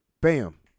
Bam